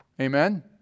Amen